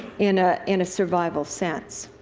in ah in a survival sense.